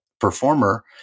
performer